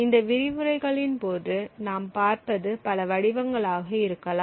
இந்த விரிவுரைகளின் போது நாம் பார்ப்பது பல வடிவங்களாக இருக்கலாம்